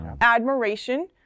admiration